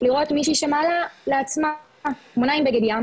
לראות מישהי שמעלה לעצמה תמונה עם בגד ים